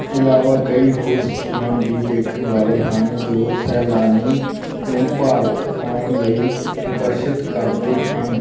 ਇਲਾਵਾ ਕਈ ਹੋਰ ਸਥਾਨ ਵੀ ਦੇਖਣ ਵਾਲੇ ਹਨ ਜੋ ਸੈਲਾਨੀ ਨੂੰ ਭਾਰਤ ਆਉਣ ਲਈ ਆਕਰਸ਼ਿਤ ਕਰਦੇ ਹਨ